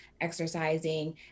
exercising